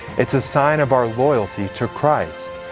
it's a sign of our loyalty to christ.